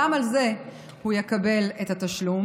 גם על זה הוא יקבל את התשלום.